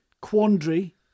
quandary